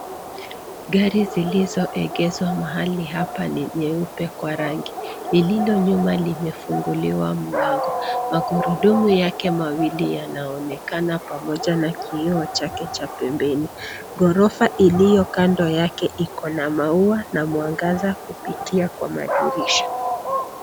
Gari zilizoegeshwa mahali hapa ni nyeupe kwa rangi. Lililo nyuma limefunguliwa mlango. Magurudumu yake mawili yanaonekana pamoja na kioo chake cha pembeni. Gorofa iliyo kando yake iko na maua, na mwangaza kupitia kwa madirisha.